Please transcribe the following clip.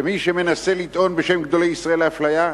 ומי שמנסה לטעון בשם גדולי ישראל לאפליה,